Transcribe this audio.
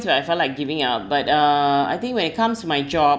where I felt like giving up but uh I think when it comes to my job